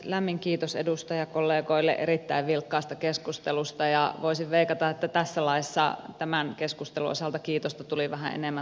lämmin kiitos edustajakollegoille erittäin vilkkaasta keskustelusta ja voisin veikata että tässä laissa tämän keskustelun osalta kiitosta tuli vähän enemmän